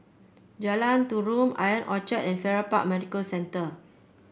Jalan Tarum Ion Orchard and Farrer Park Medical Centre